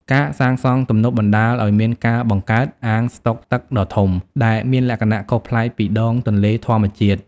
ការសាងសង់ទំនប់បណ្តាលឱ្យមានការបង្កើត អាងស្តុកទឹកដ៏ធំ ដែលមានលក្ខណៈខុសប្លែកពីដងទន្លេធម្មជាតិ។